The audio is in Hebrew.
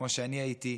כמו שאני הייתי,